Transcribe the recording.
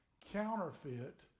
counterfeit